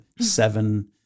seven